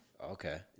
okay